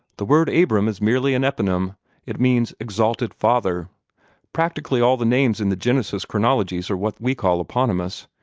the word abram is merely an eponym it means exalted father practically all the names in the genesis chronologies are what we call eponymous.